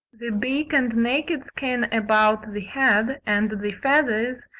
the beak and naked skin about the head, and the feathers,